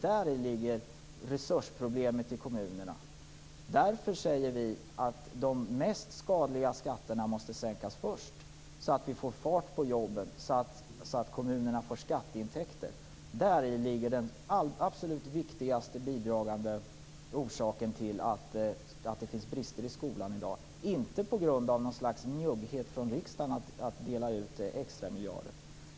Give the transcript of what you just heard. Däri ligger problemet med resurser till kommunerna. Därför säger vi att de mest skadliga skatterna måste sänkas först så att vi får fart på jobben och kommunerna får skatteintäkter. Däri ligger den absolut viktigaste bidragande orsaken till att det finns brister i skolan i dag. Det beror inte på något slags njugghet från riksdagen med att dela ut extramiljarder.